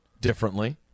differently